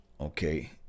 Okay